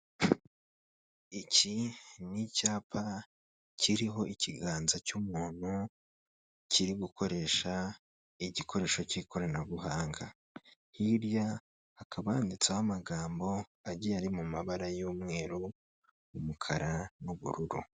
Iki ni icyapa kiriho ikiganza cy'umuntu, kiri gukoresha igikoresho cy'ikoranabuhanga, hirya hakaba handitseho amagambo agiye ari mu mabara y'umweru, umukara n'ubururu.